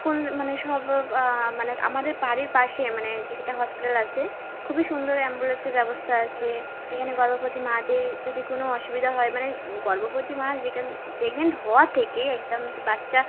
মানে সব মানে আমাদের বাড়ির পাশে মানে যেটা হসপিটাল আছে খুবই সুন্দর অ্যাম্বুলেসের ব্যবস্থা আছে এখানে গর্ভবতী মাদের যদি কোনও অসুবিধা হয় মানে গর্ভবতী মা যখন প্রেগনেন্ট হওয়ার থেকে একদম বাচ্চা